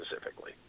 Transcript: specifically